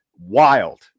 wild